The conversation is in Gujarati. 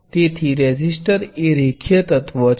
તેથી રેઝિસ્ટર એ રેખીય એલિમેન્ટ છે